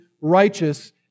righteous